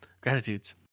Gratitudes